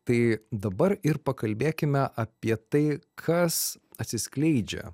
tai dabar ir pakalbėkime apie tai kas atsiskleidžia